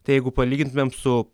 tai jeigu palyginsime su